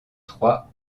trois